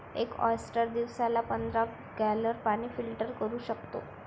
एक ऑयस्टर दिवसाला पंधरा गॅलन पाणी फिल्टर करू शकतो